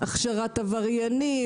הכשרת עבריינים,